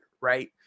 right